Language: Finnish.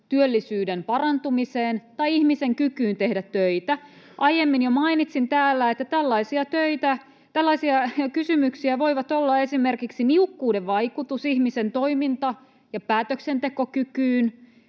työllisyyden parantumiseen tai ihmisen kykyyn tehdä töitä. Aiemmin jo mainitsin täällä, että tällaisia kysymyksiä voivat olla esimerkiksi niukkuuden vaikutus ihmisen toiminta- ja päätöksentekokykyyn,